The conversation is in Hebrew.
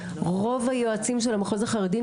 רוב היועצים של המחוז החרדי,